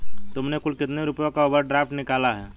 तुमने कुल कितने रुपयों का ओवर ड्राफ्ट निकाला है?